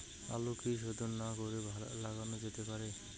আলু কি শোধন না করে লাগানো যেতে পারে?